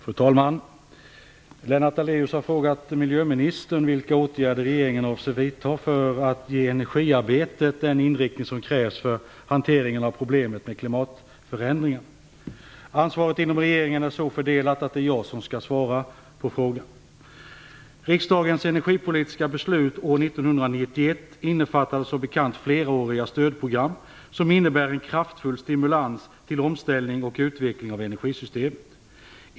Fru talman! Lennart Daléus har frågat miljöministern vilka åtgärder regeringen avser vidta för att ge energiarbetet den inriktning som krävs för hanteringen av problemet med klimatförändringarna. Ansvaret inom regeringen är så fördelat att det är jag som skall svara på frågan. Riksdagens energipolitiska beslut år 1991 innefattade som bekant fleråriga stödprogram som innebär en kraftfull stimulans till omställning och utveckling av energisystemet.